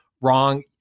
wrong